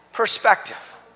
Perspective